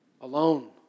alone